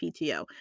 PTO